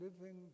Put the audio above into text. living